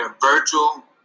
virtual